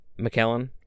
McKellen